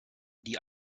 die